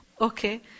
Okay